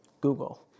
Google